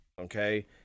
okay